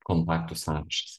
kontaktų sąrašas